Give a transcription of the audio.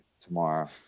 tomorrow